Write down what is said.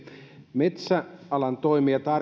metsäalan toimijat